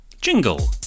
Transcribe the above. Jingle